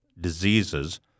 diseases